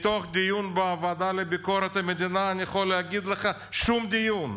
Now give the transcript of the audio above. מתוך דיון בוועדה לביקורת המדינה אני יכול להגיד לך: שום דיון,